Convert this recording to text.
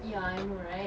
ya I know right